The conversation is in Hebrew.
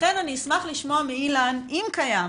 לכן אשמח לשמוע מאילן אם קיימת